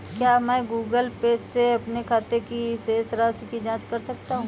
क्या मैं Google Pay से अपने खाते की शेष राशि की जाँच कर सकता हूँ?